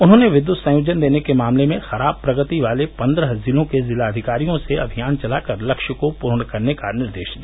उन्होंने विद्युत संयोजन देने के मामले में खराब प्रगति वाले पन्द्रह जिलों के जिलाधिकारियों से अभियान चलाकर लक्ष्य को पूर्ण करने का निर्देश दिया